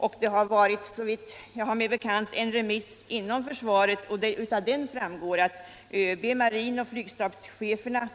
Detta förslag har, såvitt jag har mig bekant, gått på remiss inom försvaret, och av det remissyttrandet framgår att ÖB samt marinoch flygstabscheferna